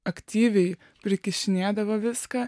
aktyviai prikišinėdavo viską